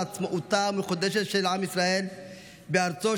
עצמאותו המחודשת של עם ישראל בארצו,